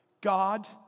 God